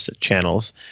channels